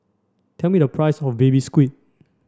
tell me the price of baby squid